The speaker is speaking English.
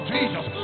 Jesus